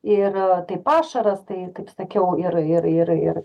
ir tai pašaras tai taip sakiau ir ir ir ir